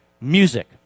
music